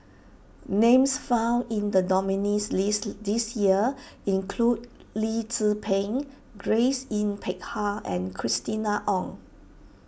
names found in the nominees' list this year include Lee Tzu Pheng Grace Yin Peck Ha and Christina Ong